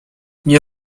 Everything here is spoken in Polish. nie